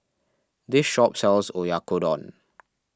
this shop sells Oyakodon